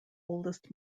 oldest